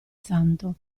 santo